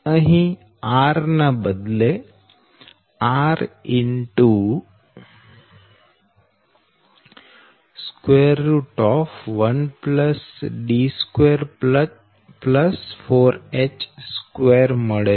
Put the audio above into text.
અહી r ના બદલે r 1D24h2 મળે છે